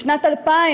בשנת 2000,